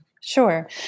Sure